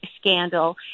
scandal